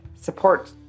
support